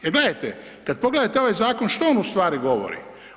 Jer gledajte, kad pogledate ovaj zakon, što on ustvari govori?